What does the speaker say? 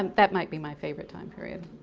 um that might be my favorite time period.